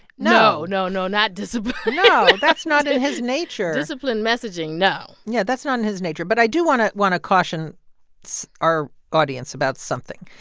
no no, no, not disciplined that's not in his nature disciplined messaging, no yeah, that's not in his nature. but i do want to want to caution our audience about something.